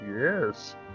yes